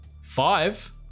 five